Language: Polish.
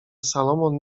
salomon